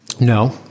No